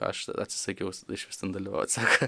aš atsisakiau išvis ten dalyvaut sako